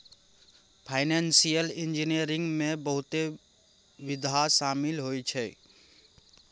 financial engineering में बहुते विधा शामिल होइ छै